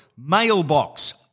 mailbox